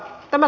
tämä